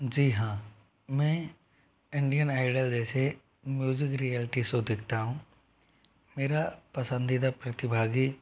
जी हाँ मैं Indian Idol जैसे म्यूजिक रियलिटी शो देखता हूँ मेरा पसंदीदा प्रतिभागी